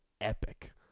epic